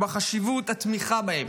ובחשיבות התמיכה בהם.